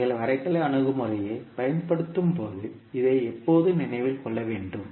நீங்கள் வரைகலை அணுகுமுறையைப் பயன்படுத்தும்போது இதை எப்போதும் நினைவில் கொள்ள வேண்டும்